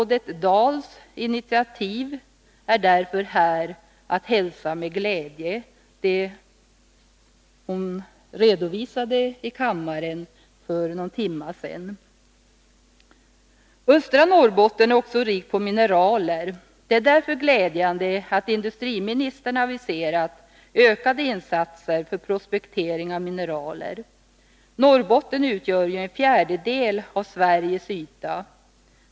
Det initiativ som statsrådet Dahl för någon timme sedan redovisade i kammaren är därför att hälsa med glädje. Östra Norrbotten är också rikt på mineraler. Det är därför glädjande att industriministern aviserat ökade insatser för prospektering av mineraler. Norrbotten utgör en fjärdedel av Sveriges yta.